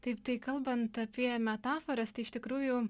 taip tai kalbant apie metaforas iš tikrųjų